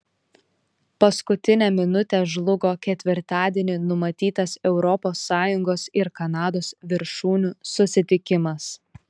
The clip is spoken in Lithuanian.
paskutinę minutę žlugo ketvirtadienį numatytas europos sąjungos ir kanados viršūnių susitikimas